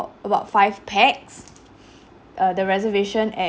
about five pax err the reservation at